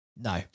No